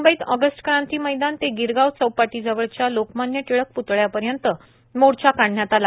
मुंबईत ऑगस्ट क्रांती मैदान ते गिरगाव चौपाटीजवळच्या लोकमान्य टिळक प्तळ्यापर्यंत मोर्चा काढण्यात आला